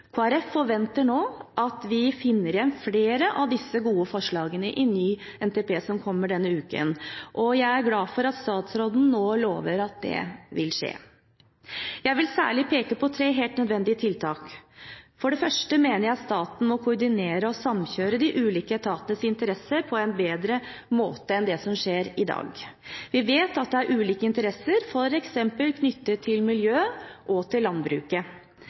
forventer nå at vi finner igjen flere av disse gode forslagene i ny NTP som kommer denne uken, og jeg er glad for at statsråden nå lover at det vil skje. Jeg vil særlig peke på tre helt nødvendige tiltak: For det første mener jeg at staten må koordinere og samkjøre de ulike etatenes interesser på en bedre måte enn det som skjer i dag. Vi vet at det er ulike interesser, f.eks. knyttet til miljø og til landbruket.